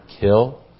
kill